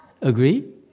agree